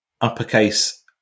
uppercase